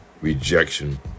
rejection